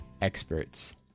experts